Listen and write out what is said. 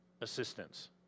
assistance